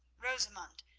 rosamund,